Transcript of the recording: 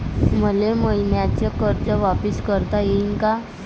मले मईन्याचं कर्ज वापिस करता येईन का?